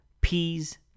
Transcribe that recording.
peas